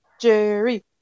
Jerry